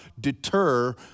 deter